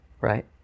right